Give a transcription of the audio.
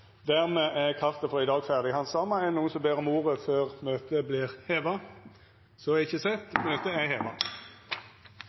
Dermed er kartet for i dag handsama ferdig. Ber nokon om ordet før møtet vert heva? – Møtet er